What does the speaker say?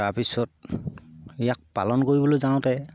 তাৰপিছত ইয়াক পালন কৰিবলৈ যাওঁতে